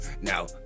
Now